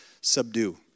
subdue